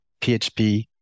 PHP